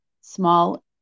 small